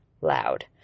loud